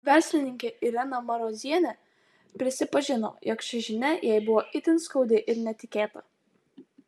verslininkė irena marozienė prisipažino jog ši žinia jai buvo itin skaudi ir netikėta